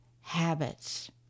habits